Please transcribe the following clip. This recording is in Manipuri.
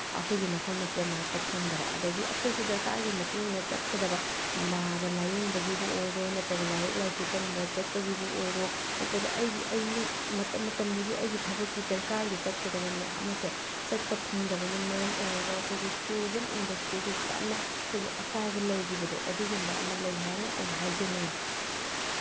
ꯑꯩꯈꯣꯏꯒꯤ ꯃꯐꯝ ꯑꯁꯤꯗ ꯂꯥꯛꯄ ꯐꯪꯗꯕ ꯑꯗꯒꯤ ꯑꯩꯈꯣꯏꯁꯨ ꯗꯔꯀꯥꯔꯒꯤ ꯃꯇꯨꯡꯏꯟꯅ ꯆꯠꯀꯗꯕ ꯅꯥꯕ ꯂꯥꯌꯦꯡꯕꯒꯤꯕꯨ ꯑꯣꯏꯔꯣ ꯅꯠꯇ꯭ꯔꯒ ꯂꯥꯏꯔꯤꯛ ꯂꯥꯏꯁꯨ ꯇꯝꯕ ꯆꯠꯄꯒꯤꯕꯨ ꯑꯣꯏꯔꯣ ꯅꯠꯇ꯭ꯔꯒ ꯑꯩꯒꯤ ꯃꯇꯝ ꯃꯇꯝꯗꯨꯒꯤ ꯑꯩꯒꯤ ꯊꯕꯛꯀꯤ ꯗꯔꯀꯥꯔꯒꯤ ꯆꯠꯀꯗꯕ ꯃꯌꯥꯝ ꯑꯃꯁꯦ ꯆꯠꯄ ꯐꯪꯗꯕꯅ ꯃꯔꯝ ꯑꯣꯏꯔꯒ ꯑꯩꯈꯣꯏꯒꯤ ꯇꯨꯔꯤꯖꯝ ꯏꯟꯗꯁꯇ꯭ꯔꯤꯗꯁꯨ ꯌꯥꯝꯅ ꯑꯩꯈꯣꯏꯒꯤ ꯑꯀꯥꯏꯕ ꯂꯩꯈꯤꯕꯗꯣ ꯑꯗꯨꯒꯨꯝꯕ ꯑꯃ ꯂꯩ ꯍꯥꯏꯅ ꯑꯩꯅ ꯍꯥꯏꯖꯅꯤꯡꯏ